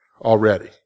already